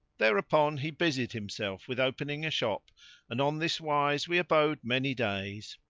thereupon he busied himself with opening a shop and on this wise we abode many days.